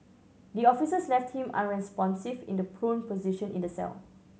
the officers left him unresponsive in the prone position in the cell